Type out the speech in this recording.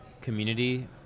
community